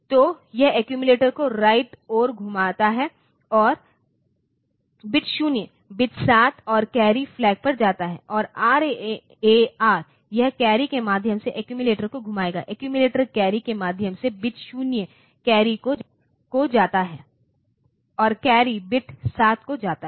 तो यह एक्यूमिलेटर को राइट ओर घुमाता है बिट 0 बिट 7 और कैरी फ्लैग पर जाता है और RAR यह कैरी के माध्यम से एक्यूमिलेटर को घुमाएगा एक्यूमिलेटर कैरी के माध्यम से बिट 0 कैरी को जाता है और कैरी बिट 7 को जाता है